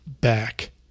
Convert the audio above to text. back